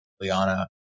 Liana